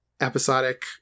episodic